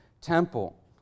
temple